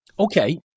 Okay